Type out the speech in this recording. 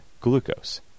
glucose